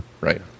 right